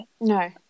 No